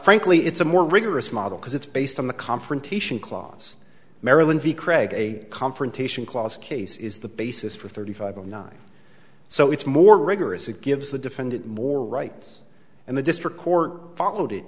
frankly it's a more rigorous model because it's based on the confrontation clause maryland v craig a confrontation clause case is the basis for thirty five of nine so it's more rigorous it gives the defendant more rights and the district court followed it